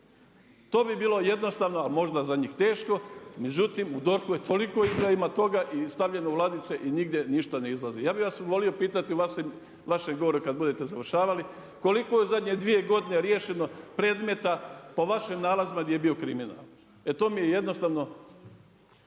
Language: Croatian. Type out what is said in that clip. To bi bilo jednostavno, ali možda za njih teško, međutim u DORH-u toliko …/Govornik se ne razumije./… toga i stavljeno u ladice i nigdje ništa ne izlazi. Ja bi vas volio pitati vas gore kad budete završavali, koliko je u zadnje 2 godine riješeno predmeta, po vašim nalazima, gdje je bio kriminal. E to mi je jednostavno,